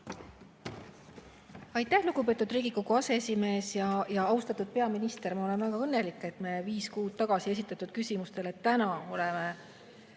Aitäh, lugupeetud Riigikogu aseesimees! Austatud peaminister! Ma olen väga õnnelik, et me viis kuud tagasi esitatud küsimustele oleme